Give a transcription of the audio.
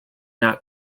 not